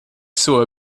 sewer